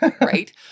Right